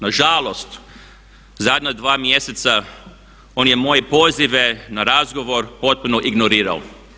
Nažalost, zadnja dva mjeseca on je moje pozive na razgovor potpuno ignorirao.